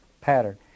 pattern